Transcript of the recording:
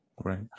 Right